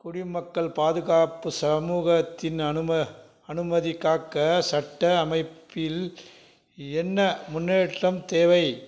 குடிமக்கள் பாதுகாப்பு சமூகத்தின் அனும அனுமதி காக்க சட்ட அமைப்பில் என்ன முன்னேற்றம் தேவை